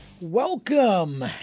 Welcome